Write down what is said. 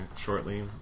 shortly